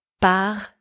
par